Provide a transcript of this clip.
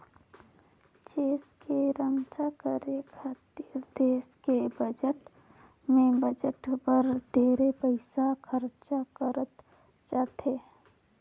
छेस के रम्छा करे खातिर देस के बजट में बजट बर ढेरे पइसा खरचा करत जाथे